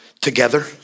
Together